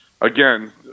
again